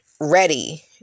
ready